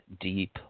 deep